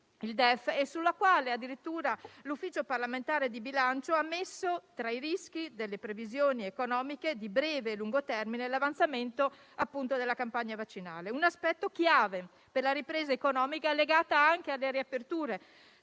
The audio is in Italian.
il DEF. Addirittura, l'Ufficio parlamentare di bilancio ha messo, tra i rischi delle previsioni economiche di breve e lungo termine, l'avanzamento della campagna vaccinale. Un aspetto chiave per la ripresa economica è legato anche alle riaperture.